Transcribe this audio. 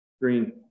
Green